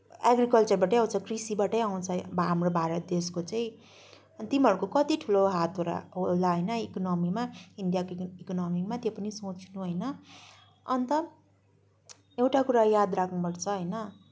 एग्रिकल्चरबाटै आउँछ कृषिबाटै आउँछ है हाम्रो भारत देशको चाहिँ अनि तिमीहरूको कत्ति ठुलो हात हो र होला होइन इकोनमीमा इन्डियाको इकोनमीमा त्यो पनि सोच्नु होइन अनि त एउटा कुरा याद राख्नुपर्छ होइन